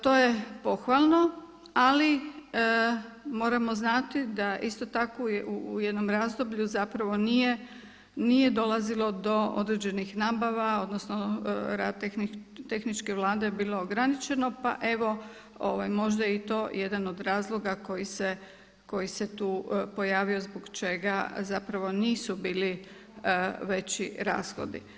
To je pohvalno, ali moramo znati da isto tako u jednom razdoblju nije dolazilo do određenih nabava odnosno rad tehničke vlade je bila ograničeno pa evo možda je i to jedan od razloga koji se tu pojavio zbog čega nisu bili veći rashodi.